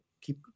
keep